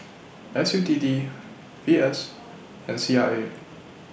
S U T D V S and C R A